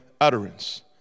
utterance